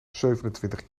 zevenentwintig